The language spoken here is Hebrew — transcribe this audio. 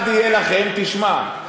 "משפט אחד יהיה לכם" תשמע,